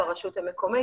ברשות המקומית,